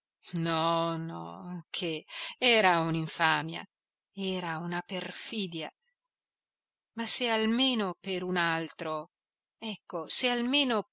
no no che era un'infamia era una perfidia ma se almeno per un altro ecco se almeno